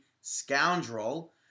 scoundrel